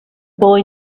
boy